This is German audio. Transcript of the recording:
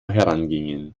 herangingen